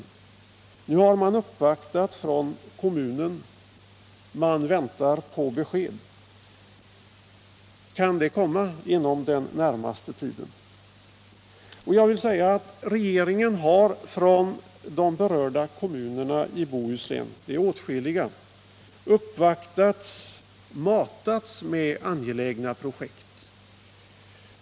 Kommunen har uppvaktat, och man väntar på besked. Kan det komma inom den närmaste tiden? Regeringen har från de berörda kommunerna i Bohuslän — det är åtskilliga — matats med angelägna projekt.